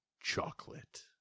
Chocolate